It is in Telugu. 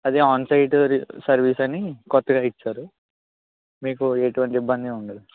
అది ఆన్సైట్ రి సర్వీస్ అని కొత్తగా ఇచ్చారు మీకు ఎటువంటి ఇబ్బంది ఉండదు